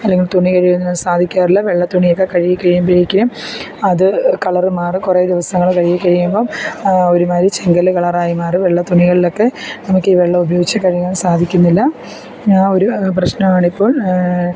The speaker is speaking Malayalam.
അല്ലങ്കിൽ തുണി കഴുകുന്നത് സാധിക്കാറില്ല വെള്ളത്തുണിയൊക്കെ കഴുകി കഴിയുമ്പഴേക്കും അത് കളറ് മാറി കുറെ ദിവസങ്ങള് കഴുകി കഴിയുമ്പം ഒരു മാതിരി ചെങ്കല്ല് കളറായി മാറും വെള്ളത്തുണികളിലൊക്കെ നമുക്കീ വെള്ളുപയോഗിച്ച് കഴുകാൻ സാധിക്കുന്നില്ല ആ ഒരു പ്രശ്നാണിപ്പോൾ